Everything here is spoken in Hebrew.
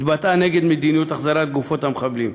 התבטאה נגד מדיניות החזרת גופות המחבלים.